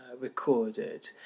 recorded